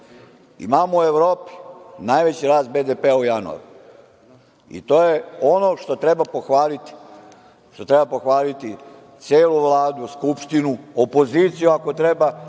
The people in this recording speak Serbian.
Imamo u Evropi najveći rast BDP-a u januaru i to je ono što treba pohvaliti, što treba pohvaliti celu Vladu, Skupštinu, opoziciju ako treba,